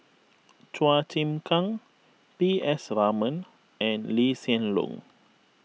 Chua Chim Kang P S Raman and Lee Hsien Loong